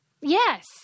Yes